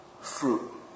fruit